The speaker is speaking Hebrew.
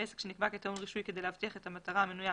בעסק שנקבע כטעון רישוי כדי להבטיח את המטרה המנויה